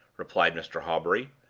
replied mr. hawbury.